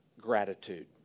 gratitude